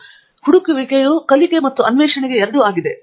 ಆದ್ದರಿಂದ ಹುಡುಕುವಿಕೆಯು ಕಲಿಕೆ ಮತ್ತು ಅನ್ವೇಷಣೆಗೆ ಎರಡೂ ಆಗಿದೆ